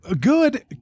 good